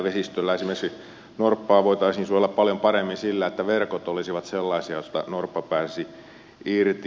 esimerkiksi norppaa voitaisiin suojella paljon paremmin sillä että verkot olisivat sellaisia joista norppa pääsisi irti